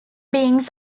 beings